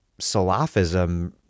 Salafism